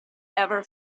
ever